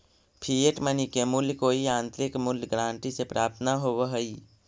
fiat money के मूल्य कोई आंतरिक मूल्य गारंटी से प्राप्त न होवऽ हई